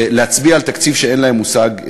כסגן לשעבר אני רק אומר לך שלא הפעלת את השעון,